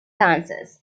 dances